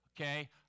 okay